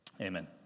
Amen